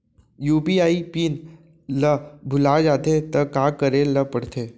UPI pin ल भुला जाथे त का करे ल पढ़थे?